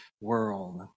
world